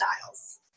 styles